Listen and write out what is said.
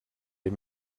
les